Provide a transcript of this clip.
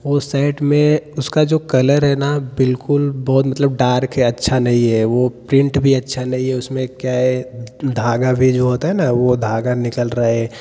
वह शर्ट में उसका जो कलर है ना बिलकुल बहुत मतलब डार्क है अच्छा नहीं हैं वह प्रिंट भी अच्छा नहीं है उसमें क्या है धागा भी जो होता है ना वह धागा निकल रहा है